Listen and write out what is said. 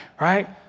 right